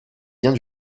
vient